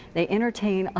they entertain ah